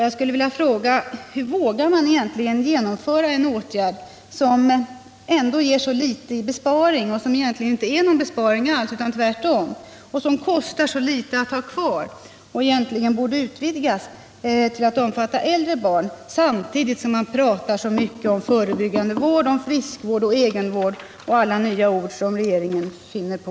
Jag skulle vilja fråga: Hur vågar man egentligen vidta en åtgärd som ändå ger så litet i besparing — egentligen inte någon besparing alls? Tvärtom. Det kostar ju också så litet att ha detta kvar, och utdelningen borde egentligen utvidgas till att omfatta även äldre barn. Hur vågar man vidta denna åtgärd, när man talar så mycket om förebyggande vård och om friskvård och använder alla andra nya ord som regeringen finner på?